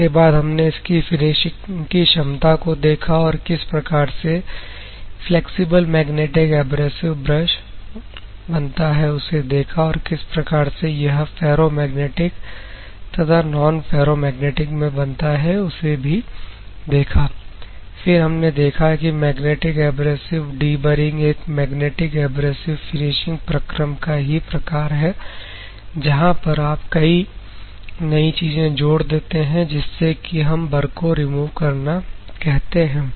उसके बाद हमने इसकी फिनिशिंग की क्षमता को देखा और किस प्रकार से फ्लैक्सिबल मैग्नेटिक एब्रेसिव ब्रश उसे देखा और किस प्रकार से यह फेरोमैग्नेटिक तथा नॉन फेरोमैग्नेटिक में बनता है उसे भी देखा फिर हमने देखा कि मैग्नेटिक एब्रेसिव डीबरिंग एक मैग्नेटिक एब्रेसिव फिनिशिंग प्रक्रम का ही प्रकार है जहां पर आप एक नई चीज जोड़ देते हैं जिससे कि हम बर को रिमूव करना कहते हैं